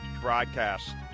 broadcast